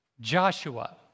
Joshua